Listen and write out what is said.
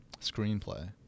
screenplay